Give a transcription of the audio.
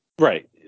Right